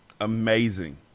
amazing